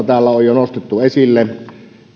täällä on jo nostettu esille